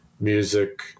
music